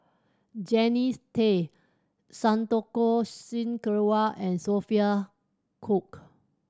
Jannie Tay Santokh Singh Grewal and Sophia Cooke